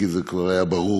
כי זה כבר היה ברור.